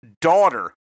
daughter